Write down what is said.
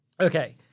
Okay